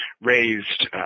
raised